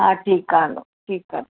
हा ठीकु आहे हलो ठीकु आहे